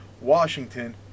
Washington